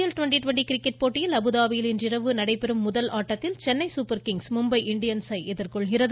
L twenty twenty cricket போட்டியில் அபுதாபுயில் இன்றிரவு நடைபெறும் முதல் ஆட்டத்தில் சென்னை சூப்பர் கிங்ஸ் மும்பை இண்டியன்ஸை எதிர்கொள்கிறது